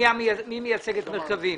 מי מייצג את מרכבים?